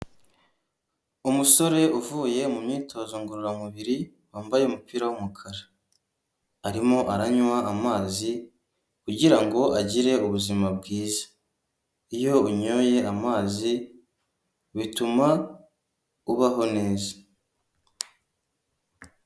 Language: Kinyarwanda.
Umusore uvuye mu myitozo ngororamubiri wambaye umupira w'umukara, arimo aranywa amazi kugirango agire ubuzima bwiza, iyo unyoye amazi bituma ubaho neza.